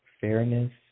fairness